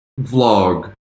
vlog